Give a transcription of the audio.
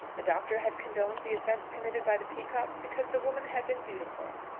the doctor had condoned the offence committed by the peacockes because the woman had been beautiful,